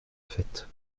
fête